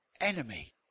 enemy